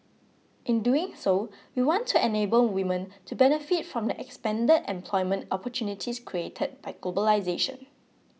in doing so we want to enable women to benefit from the expanded employment opportunities created by globalisation